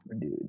Dude